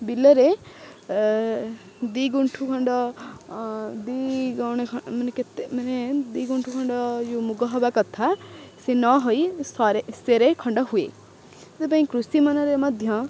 ବିଲରେ ଦୁଇ ଗୁଣ୍ଠୁ ଖଣ୍ଡ ଦୁଇ ଗଣେ ମାନେ କେତେ ମାନେ ଦୁଇ ଗୁଣ୍ଠୁ ଖଣ୍ଡ ଯେଉଁ ମୁଗ ହବା କଥା ସେ ନହୋଇ ସେରେ ଖଣ୍ଡ ହୁଏ ସେଥିପାଇଁ କୃଷି ମନରେ ମଧ୍ୟ